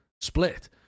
split